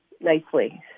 nicely